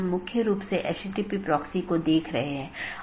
इसका मतलब है BGP कनेक्शन के लिए सभी संसाधनों को पुनःआवंटन किया जाता है